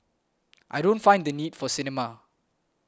I don't find the need for a cinema